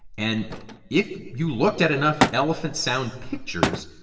and if you looked at enough elephant sound pictures,